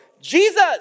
Jesus